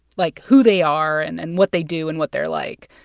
like who they are and and what they do and what they're like.